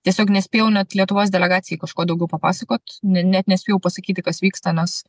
tiesiog nespėjau net lietuvos delegacijai kažko daugiau papasakot ne net nespėjau pasakyti kas vyksta nes